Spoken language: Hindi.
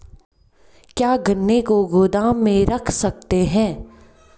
क्या गन्ने को गोदाम में रख सकते हैं?